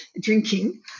drinking